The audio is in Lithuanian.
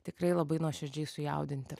tikrai labai nuoširdžiai sujaudinti